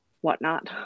whatnot